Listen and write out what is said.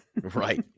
Right